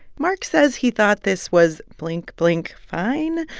mark says he thought this was blink, blink fine,